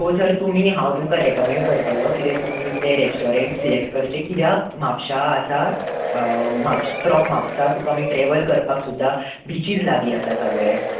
so sir तुमी हांव तुमकां रॅकमँड करतलो कितें तुमी तें रेस्टॉरंट सिलेक्ट करचें कित्याक म्हापशा आसा फ्रॉम म्हापसा तुका मागीर ट्रॅवल करपाक सुद्दां बिचीस लागीं आसा सगळें